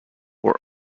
were